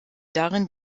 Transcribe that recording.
darin